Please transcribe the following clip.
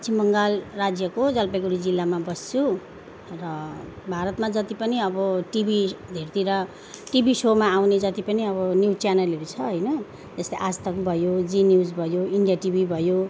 पश्चिम बङ्गाल राज्यको जलपाइगुडी जिल्लामा बस्छु र भारतमा जति पनि अब टिभीहरूतिर टिभी सोमा आउने जति पनि अब न्युज च्यानलहरू छ होइन जस्तै आजतक भयो जी न्युज भयो इन्डिया टिभी भयो